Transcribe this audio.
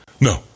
no